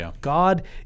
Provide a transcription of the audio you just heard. God